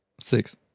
Six